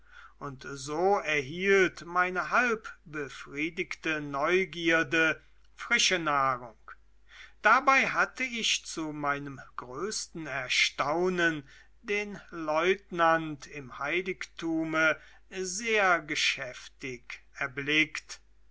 und so erhielt meine halbbefriedigte neugierde frische nahrung dabei hatte ich zu meinem größten erstaunen den lieutenant im heiligtume sehr geschäftig erblickt